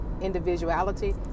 individuality